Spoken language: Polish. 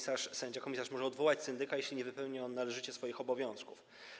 Sędzia komisarz może odwołać syndyka, jeśli nie wypełni on należycie swoich obowiązków.